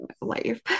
life